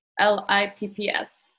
L-I-P-P-S